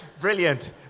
brilliant